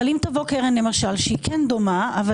אבל אם לדוגמה תבוא קרן שהיא כן דומה אבל